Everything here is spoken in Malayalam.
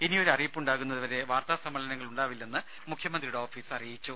ഇനിയൊരു അറിയിപ്പുണ്ടാകുന്നത് വരെ വാർത്താ സമ്മേളനങ്ങൾ ഉണ്ടാകില്ലെന്ന് മുഖ്യമന്ത്രിയുടെ ഓഫീസ് അറിയിച്ചു